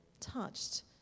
touched